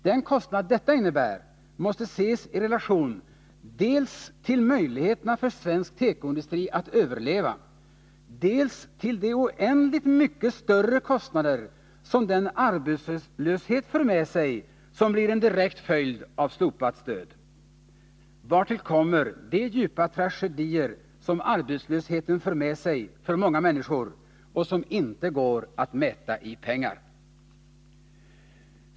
Den kostnad detta innebär måste ses i relation dels till möjligheterna för svensk tekoindustri att överleva, dels till de oändligt mycket större kostnader som den arbetslöshet för med sig, som blir en direkt följd av ett slopat stöd. Därtill kommer de djupa tragedier, som arbetslösheten för med sig för många människor, och som inte går att värdera i pengar.